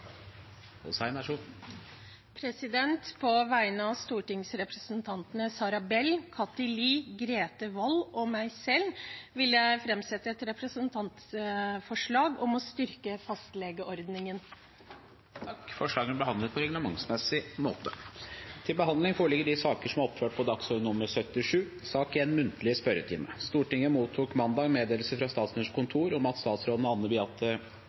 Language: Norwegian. På vegne av stortingsrepresentantene Sara Bell, Kathy Lie, Grete Wold og meg selv vil jeg framsette et representantforslag om å styrke fastlegeordningen. Forslagene vil bli behandlet på reglementsmessig måte. Stortinget mottok mandag meddelelse fra Statsministerens kontor om at statsrådene Anne Beathe Kristiansen Tvinnereim, Anette Trettebergstuen og Terje Aasland vil møte til muntlig spørretime.